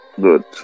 Good